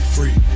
Free